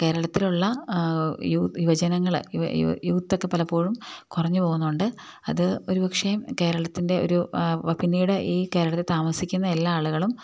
കേരളത്തിലുള്ള യുവജനങ്ങള് യൂത്തൊക്കെ പലപ്പോഴും കുറഞ്ഞുപോകുന്നുണ്ട് അത് ഒരുപക്ഷേ കേരളത്തിൻ്റെ ഒരു പിന്നീട് ഈ കേരളത്തില് താമസിക്കുന്ന എല്ലാ ആളുകളും